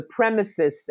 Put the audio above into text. supremacists